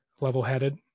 level-headed